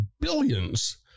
billions